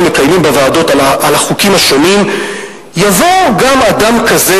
מקיימים בוועדות על החוקים השונים יבוא גם אדם כזה,